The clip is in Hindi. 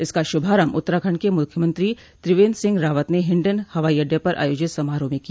इसका शुभारंभ उत्तराखंड के मुख्यमंत्री त्रिवेन्द्र सिंह रावत ने हिंडन हवाई अड्डे पर आयोजित समारोह में किया